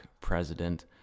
president